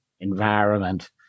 environment